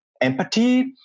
empathy